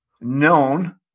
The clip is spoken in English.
known